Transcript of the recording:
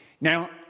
Now